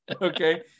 Okay